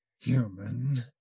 human